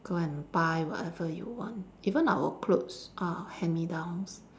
go and buy whatever you want even our clothes are hand-me-downs